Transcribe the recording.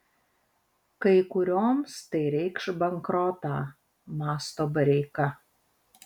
kai kurioms tai reikš bankrotą mąsto bareika